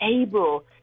able